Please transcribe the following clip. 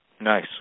nice